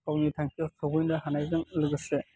गावनि थांखियाव सौहैनो हानायजों लोगोसे